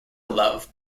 love